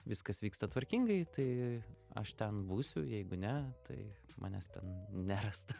viskas vyksta tvarkingai tai aš ten būsiu jeigu ne tai manęs ten nerasta